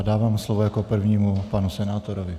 Dávám slovo jako prvnímu panu senátorovi.